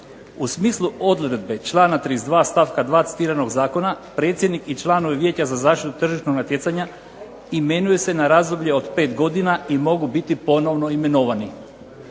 U smislu odredbe člana 32. stavka 2. citiranog zakona predsjednik i članovi Vijeća za zaštitu tržišnog natjecanja imenuju se na razdoblje od pet godina i mogu biti ponovno imenovani.